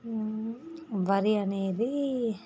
వరి అనేది